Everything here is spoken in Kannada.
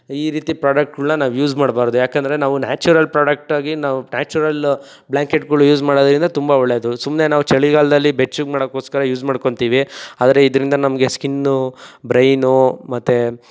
ಈ ರೀತಿ ಪ್ರಾಡಕ್ಟ್ಗಳ್ನ ನಾವು ಯೂಸ್ ಮಾಡಬಾರ್ದು ಯಾಕೆಂದ್ರೆ ನಾವು ನ್ಯಾಚುರಲ್ ಪ್ರಾಡಕ್ಟಾಗಿ ನಾವು ನ್ಯಾಚುರಲ್ ಬ್ಲ್ಯಾಂಕೆಟ್ಗಳು ಯೂಸ್ ಮಾಡೋದ್ರಿಂದ ತುಂಬ ಒಳ್ಳೇದು ಸುಮ್ನೆ ನಾವು ಚಳಿಗಾಲದಲ್ಲಿ ಬೆಚ್ಚಗೆ ಮಾಡೋಕೋಸ್ಕರ ಯೂಸ್ ಮಾಡ್ಕೊಳ್ತೀವಿ ಆದರೆ ಇದ್ರಿಂದ ನಮಗೆ ಸ್ಕಿನ್ನು ಬ್ರೈನು ಮತ್ತು